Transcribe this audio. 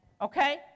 Okay